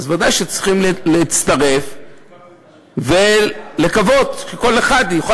אז ודאי שצריכים להצטרף ולקוות שכל אחד יוכל